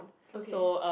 okay